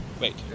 Wait